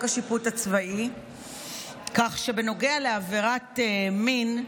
השיפוט הצבאי כך שבנוגע לעבירת מין,